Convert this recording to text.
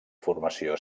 formació